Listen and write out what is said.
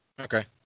Okay